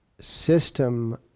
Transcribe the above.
system